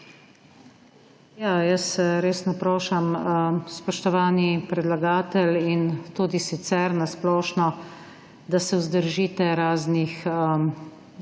Ja, jaz res naprošam, spoštovani predlagatelj in tudi sicer na splošno, da se vzdržite raznih